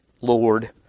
Lord